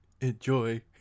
enjoy